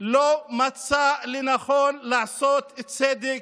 לא מצא לנכון לעשות צדק,